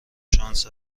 شانس